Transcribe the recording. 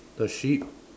the sheep